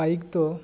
bike ᱫᱚ